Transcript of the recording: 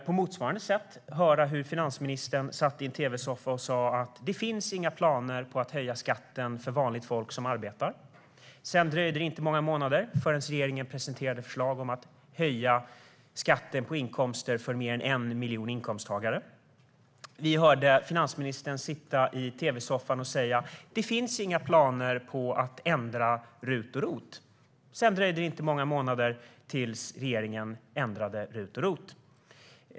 På motsvarande sätt kunde vi höra finansministern i en tv-soffa säga att det inte finns några planer på att höja skatten för vanligt folk som arbetar. Det dröjde inte många månader förrän regeringen presenterade förslag om att höja skatten på inkomst för mer än 1 miljon inkomsttagare. Vi hörde finansministern i en tv-soffa säga att det inte finns några planer på att ändra RUT och ROT. Det dröjde inte många månader förrän regeringen ändrade RUT och ROT.